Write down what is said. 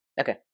okay